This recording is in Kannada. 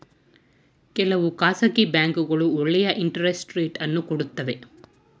ಕೆಲವು ಖಾಸಗಿ ಬ್ಯಾಂಕ್ಗಳು ಒಳ್ಳೆಯ ಇಂಟರೆಸ್ಟ್ ರೇಟ್ ಅನ್ನು ಕೊಡುತ್ತವೆ